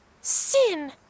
Sin